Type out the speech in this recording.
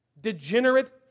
Degenerate